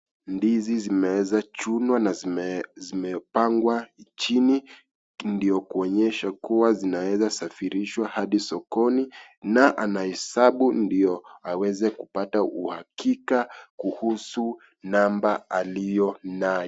Ndizi zimeweza chunwa na zimepangwa chini ndio kuonyesha kua zinaweza safirishwa hadi sokoni na anahesabu ndio aweze kupata uhakika kuhusu namba alio nayo.